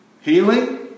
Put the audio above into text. Healing